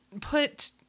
put